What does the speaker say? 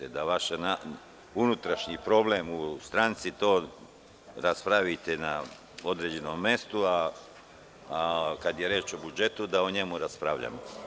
Molim vas da vaš unutrašnji problem u stranci, to raspravite na određenom mestu, a kada je reč o budžetu, da o njemu raspravljamo.